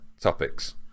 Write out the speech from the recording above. topics